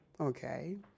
Okay